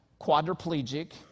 quadriplegic